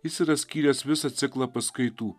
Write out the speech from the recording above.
jis yra skyręs visą ciklą paskaitų